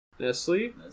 Nestle